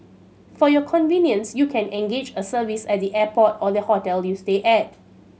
for your convenience you can engage a service at the airport or the hotel you stay at